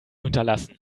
hinterlassen